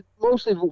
mostly